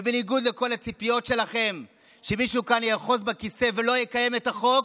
ובניגוד לכל הציפיות שלכם שמישהו כאן יאחז בכיסא ולא יקיים את החוק,